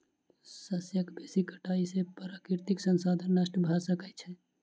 शस्यक बेसी कटाई से प्राकृतिक संसाधन नष्ट भ सकै छै